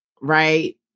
Right